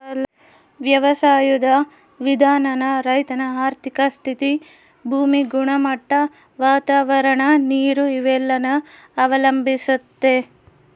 ವ್ಯವಸಾಯುದ್ ವಿಧಾನಾನ ರೈತನ ಆರ್ಥಿಕ ಸ್ಥಿತಿ, ಭೂಮಿ ಗುಣಮಟ್ಟ, ವಾತಾವರಣ, ನೀರು ಇವೆಲ್ಲನ ಅವಲಂಬಿಸ್ತತೆ